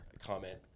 comment